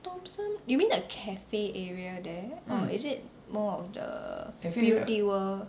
thomson you mean the cafe area there or is it more of the beauty world